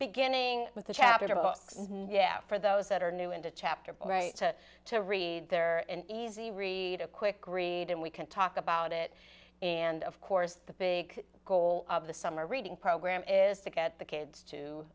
beginning with the chapter yeah for those that are new into chapter to to read they're an easy read a quick read and we can talk about it and of course the big goal of the summer reading program is to get the kids to